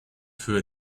feu